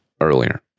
earlier